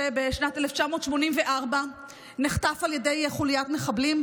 שבשנת 1984 נחטף על ידי חוליית מחבלים,